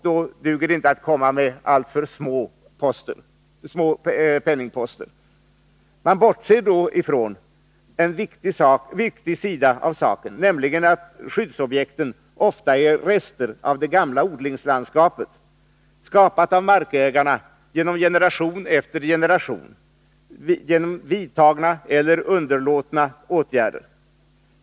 Då duger det inte att komma med alltför små penningposter. Man bortser då från en viktig sida av saken, nämligen att skyddsobjekten ofta är rester av det gamla odlingslandskapet, skapat av markägarna under generation efter generation genom vidtagna eller underlåtna åtgärder.